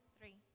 Three